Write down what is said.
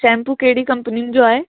shampoo कहिड़ी कंपनीन जो आहे